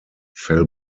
fell